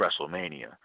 wrestlemania